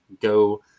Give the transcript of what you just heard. go